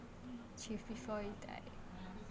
achieve before you die